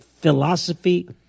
philosophy